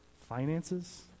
finances